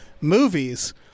movies